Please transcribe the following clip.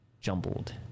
jumbled